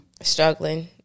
struggling